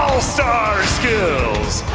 all-star skills.